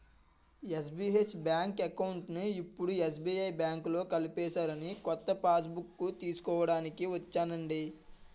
SBH bank అకౌంట్ని ఇప్పుడు SBI బాంకులో కలిపేసారని కొత్త పాస్బుక్కు తీస్కోడానికి ఒచ్చానండి